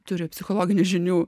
turi psichologinių žinių